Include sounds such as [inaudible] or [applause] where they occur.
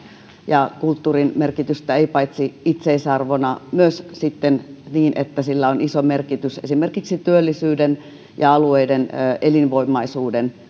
kulttuurin merkitystä paitsi itseisarvona ja myös sitten niin että sillä on iso merkitys esimerkiksi työllisyyden ja alueiden elinvoimaisuuden [unintelligible]